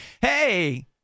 hey